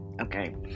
okay